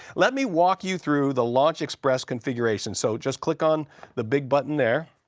let me walk you through the launch express configuration. so, just click on the big button there.